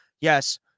Yes